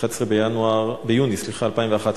11 ביוני 2011,